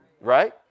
Right